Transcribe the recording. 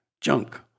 Junk